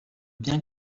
bien